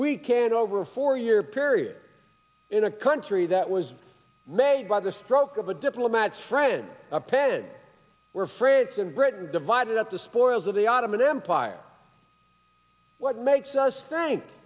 we can't over a four year period in a country that was made by the stroke of a diplomat friend of ted we're friends in britain divided up the spoils of the ottoman empire what makes us think